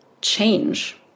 change